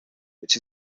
which